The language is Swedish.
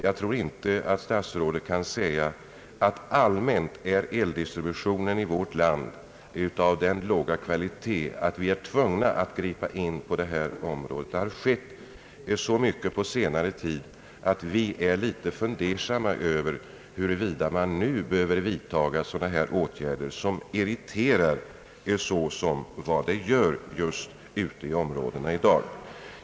Jag tror inte att statsrådet kan säga att eldistributionen i vårt land rent allmänt är av så låg kvalitet att staten generellt är tvungen att gripa in. Förhållandena har förbättrats så mycket under senare år att vi är fundersamma till om det nu behöver vidtagas sådana här åtgärder som verkar irriterande.